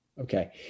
Okay